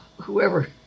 whoever